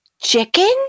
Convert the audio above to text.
chicken